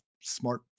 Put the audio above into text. smart